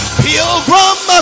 pilgrim